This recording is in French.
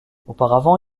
auparavant